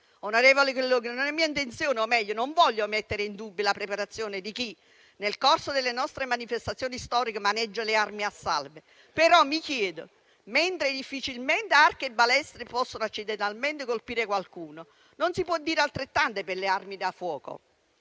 Onorevoli colleghi, non è mia intenzione o meglio non voglio mettere in dubbio la preparazione di chi, nel corso delle nostre manifestazioni storiche, maneggia le armi a salve, ma faccio una considerazione. Mentre difficilmente archi e balestre possono accidentalmente colpire qualcuno, non si può dire altrettanto per le armi da fuoco.